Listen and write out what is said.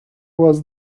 was